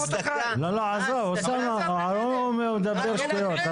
בוא --- לא, עזוב, אוסאמה, הוא מדבר שטויות.